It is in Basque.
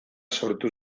sortu